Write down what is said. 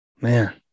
Man